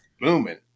booming